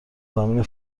زمین